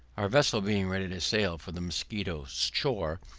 our vessel being ready to sail for the musquito so shore,